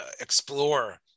explore